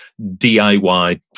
diy